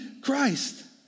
Christ